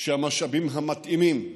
שהמשאבים המתאימים יימצאו,